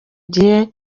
gihe